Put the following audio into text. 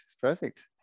perfect